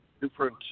different